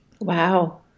Wow